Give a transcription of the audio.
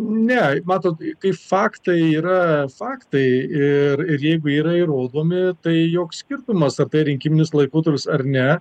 ne matot kai faktai yra faktai ir ir jeigu yra įrodomi tai joks skirtumas ar tai rinkiminis laikotarpis ar ne